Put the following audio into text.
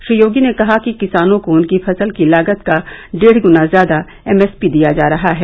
श्री योगी ने कहा कि किसानों को उनकी फसल की लागत का डेढ़ ग्ना ज्यादा एमएसपी दिया जा रहा है